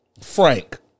Frank